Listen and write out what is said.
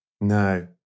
No